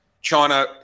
China